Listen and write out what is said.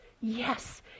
yes